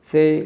Say